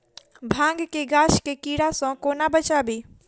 भांग केँ गाछ केँ कीड़ा सऽ कोना बचाबी?